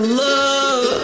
love